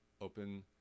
open